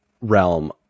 realm